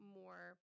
more